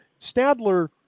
Stadler